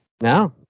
no